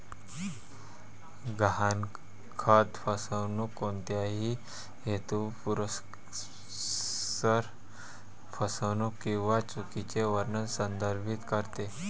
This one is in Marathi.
गहाणखत फसवणूक कोणत्याही हेतुपुरस्सर फसवणूक किंवा चुकीचे वर्णन संदर्भित करते